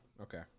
okay